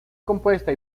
compuesta